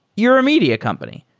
you're a media company.